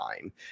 time